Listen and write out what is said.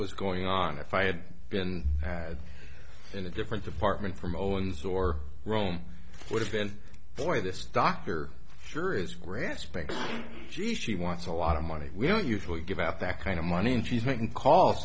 was going on if i had been in a different department from owens or rome would have been the way this doctor sure is grasping she she wants a lot of money we don't usually give out that kind of money and she's making calls